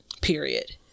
period